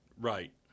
Right